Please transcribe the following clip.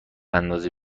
اندازه